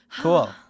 Cool